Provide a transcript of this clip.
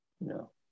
No